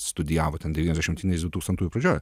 studijavo ten devyniasdešim du tūkstantųjų pradžioj